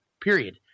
period